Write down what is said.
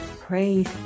Praise